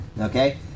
okay